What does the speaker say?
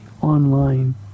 online